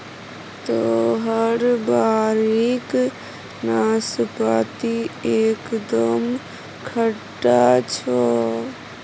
तोहर बाड़ीक नाशपाती एकदम खट्टा छौ